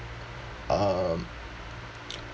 um